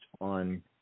on